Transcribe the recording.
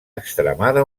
extremada